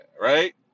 right